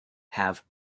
have